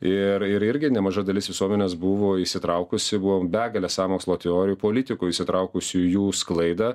ir ir irgi nemaža dalis visuomenės buvo įsitraukusi buvo begalė sąmokslo teorijų politikų įsitraukusių į jų sklaidą